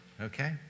okay